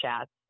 chats